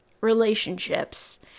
relationships